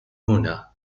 هنا